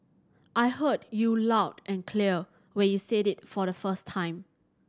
I heard you loud and clear when you said it for the first time